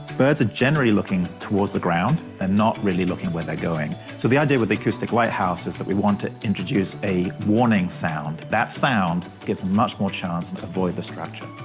birds are generally looking towards the ground, and not really looking where they are going. so the idea with the acoustic lighthouse is that we want to introduce a warning sound. that sound gives much more chance to avoid the structure.